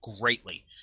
greatly